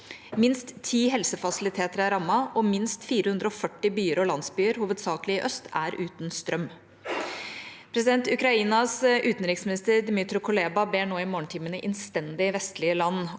Minst ti helsefasiliteter er rammet, og minst 440 byer og landsbyer, hovedsakelig i øst, er uten strøm. Ukrainas utenriksminister, Dmytro Kuleba, ber nå i morgentimene vestlige land